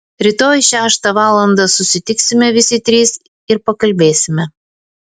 rytoj šeštą valandą susitiksime visi trys ir pakalbėsime